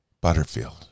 Butterfield